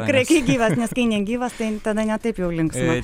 tikrai kai gyvas nes kai negyvas tada ne taip jau linksma